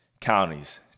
counties